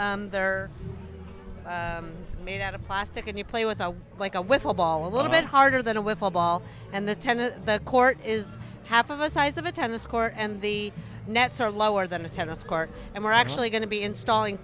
they're made out of plastic and you play with like a wiffle ball a little bit harder than with a ball and the tennis court is half of a size of a tennis court and the nets are lower than a tennis court and we're actually going to be installing